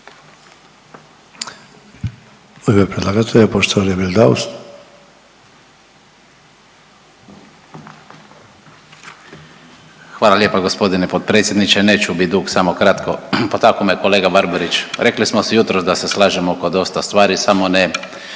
Hvala lijepa g. potpredsjedniče, neću bit dug, samo kratko, potakao me kolega Barbarić, rekli smo si jutros da se slažemo oko dosta stvari samo ne